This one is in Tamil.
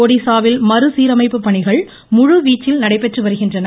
ஒடிஸாவில் மறுசீரமைப்புப்பணிகள் முழுவிச்சில் நடைபெற்று வருகின்றன